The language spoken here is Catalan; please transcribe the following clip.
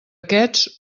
aquests